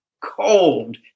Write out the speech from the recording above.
cold